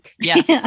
yes